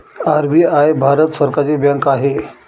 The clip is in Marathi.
आर.बी.आय भारत सरकारची बँक आहे